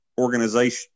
organization